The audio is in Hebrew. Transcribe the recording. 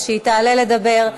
אז שהיא תעלה לדבר,